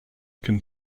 can